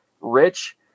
Rich